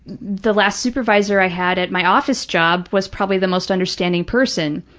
the last supervisor i had at my office job was probably the most understanding person.